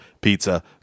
Pizza